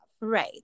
Right